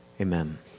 Amen